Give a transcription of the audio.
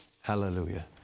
Hallelujah